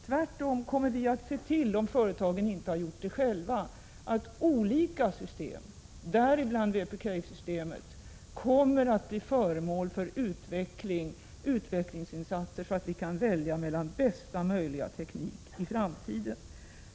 Tvärtom kommer vi att se till, om företagen inte har gjort det själva, att olika system, däribland WP-Cave-systemet, kommer att bli föremål för utvecklingsinsatser, så att vi kan välja mellan bästa möjliga teknik i framtiden.